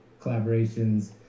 collaborations